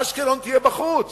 אשקלון תהיה בחוץ,